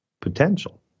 potential